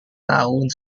tahun